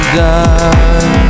die